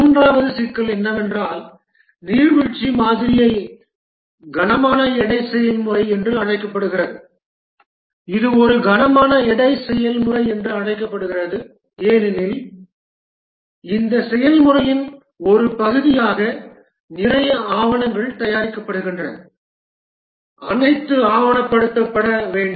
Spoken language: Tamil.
மூன்றாவது சிக்கல் என்னவென்றால் நீர்வீழ்ச்சி மாதிரியை கனமான எடை செயல்முறை என்று அழைக்கப்படுகிறது இது ஒரு கனமான எடை செயல்முறை என்று அழைக்கப்படுகிறது ஏனெனில் இந்த செயல்முறையின் ஒரு பகுதியாக நிறைய ஆவணங்கள் தயாரிக்கப்படுகின்றன அனைத்தும் ஆவணப்படுத்தப்பட வேண்டும்